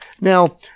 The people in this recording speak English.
Now